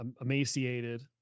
emaciated